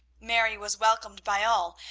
mary was welcomed by all,